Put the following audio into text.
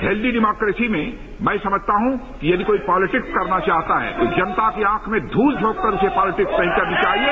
healthy democracy में मैं समझता हूं कि यदि कोई पोल्टिक्स करना चाहता है तो जनता की आंख में धूल झोंककर उसे पोल्टिक्स नहीं करनी चाहिए